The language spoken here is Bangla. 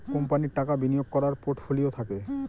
কোম্পানির টাকা বিনিয়োগ করার পোর্টফোলিও থাকে